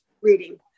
reading